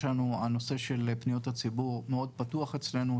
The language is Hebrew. הנושא של פניות הציבור מאוד פתוח אצלנו.